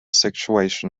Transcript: situation